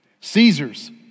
Caesar's